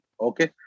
okay